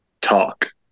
talk